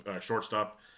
shortstop